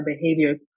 behaviors